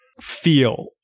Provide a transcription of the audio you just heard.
feel